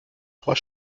trois